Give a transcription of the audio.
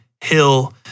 Hill